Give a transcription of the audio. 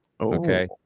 Okay